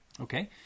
Okay